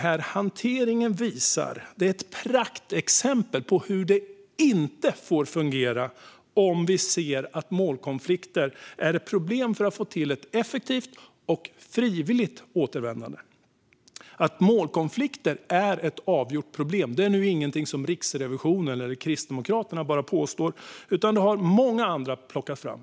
Hanteringen visar ett praktexempel på hur det inte får fungera om vi ser att målkonflikter är ett problem för att få till ett effektivt och frivilligt återvändande. Att målkonflikter är ett avgjort problem är inget som bara Riksrevisionen eller Kristdemokraterna påstår, utan det har många andra också lyft fram.